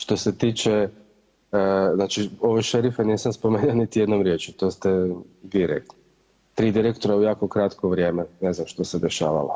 Što se tiče znači ove šerife nisam spomenuo niti jednom riječju, to ste vi rekli, 3 direktora u jako kratko vrijeme, ne znam što se dešavalo.